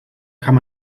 kann